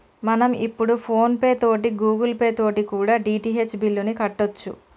మనం ఇప్పుడు PhonePe తోటి గూగుల్ పే తోటి కూడా డి.టి.హెచ్ బిల్లుని కట్టొచ్చు